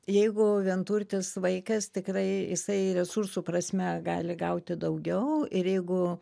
jeigu vienturtis vaikas tikrai jisai resursų prasme gali gauti daugiau ir jeigu